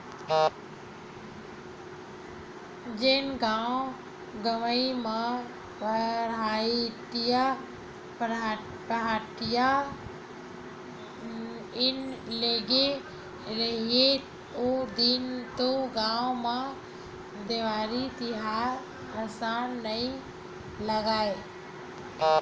जेन गाँव गंवई म पहाटिया नइ लगे राहय ओ दिन तो गाँव म देवारी तिहार असन नइ लगय,